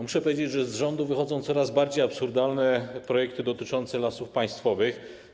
Muszę powiedzieć, że z rządu wychodzą coraz bardziej absurdalne projekty dotyczące Lasów Państwowych.